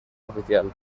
oficial